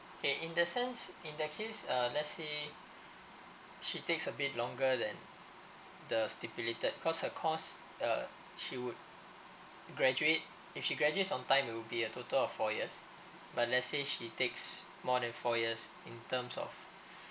K in the sense in that case uh let's say she takes a bit longer than the stipulated cause the course uh she would graduate if she gradually sometime will be a total of four years but let's say she takes more than four years in terms of